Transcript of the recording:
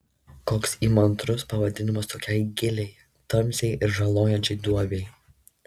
koks įmantrus pavadinimas tokiai giliai tamsiai ir žalojančiai duobei